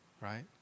Right